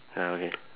ya okay